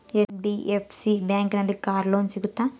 NBFC ಬ್ಯಾಂಕಿನಲ್ಲಿ car loan ಸಿಗುತ್ತಾ?